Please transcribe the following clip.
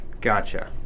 Gotcha